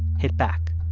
hit back.